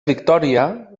victòria